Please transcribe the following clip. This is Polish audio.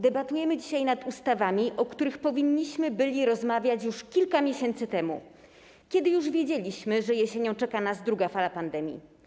Debatujemy dzisiaj nad ustawami, o których powinniśmy byli rozmawiać już kilka miesięcy temu, kiedy już widzieliśmy, że jesienią czeka nas druga fala pandemii.